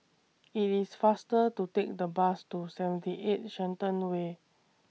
IT IS faster to Take The Bus to seventy eight Shenton Way